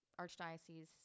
Archdiocese